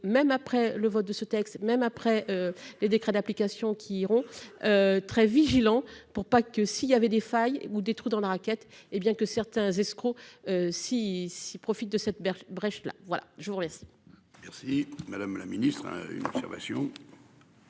même après le vote de ce texte, même après les décrets d'application qui iront. Très vigilant pour pas que s'il y avait des failles ou des trous dans la raquette. Hé bien que certains escrocs si si profite de cette brèche. Voilà je vous remercie. Merci madame la ministre, hein. Une observation.--